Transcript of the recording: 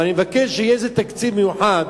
אבל אני מבקש שיהיה איזה תקציב מיוחד